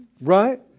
Right